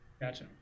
Gotcha